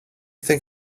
think